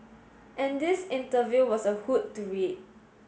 and this interview was a hoot to read